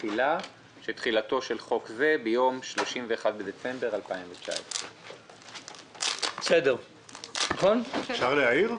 תחילה שתחילתו של חוק זה ביום 31 בדצמבר 2019. אפשר להעיר?